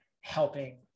helping